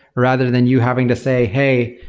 rather than you having to say, hey,